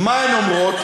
מה הן אומרות.